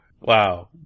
Wow